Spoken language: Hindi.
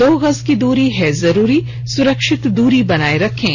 दो गज की दूरी है जरूरी सुरक्षित दूरी बनाए रखें